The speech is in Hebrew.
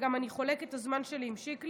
ואני גם חולקת את הזמן שלי עם שיקלי.